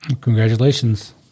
congratulations